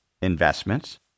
investments